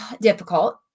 difficult